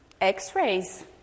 x-rays